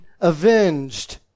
avenged